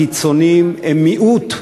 הקיצונים הם מיעוט,